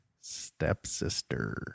stepsister